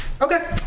Okay